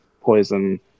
poison